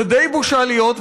זה די בושה להיות,